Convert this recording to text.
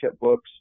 books